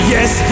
Yes